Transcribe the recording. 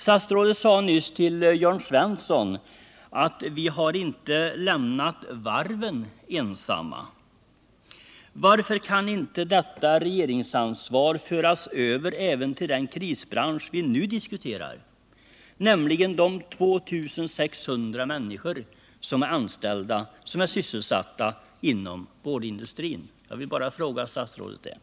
Statsrådet sade nyss till Jörn Svensson att vi inte har lämnat varven ensamma. Varför kan inte detta regeringsansvar föras över även till den krisbransch som vi nu diskuterar, nämligen de 2600 människor som är sysselsatta inom boardindustrin? Jag vill bara fråga statsrådet det.